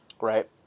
right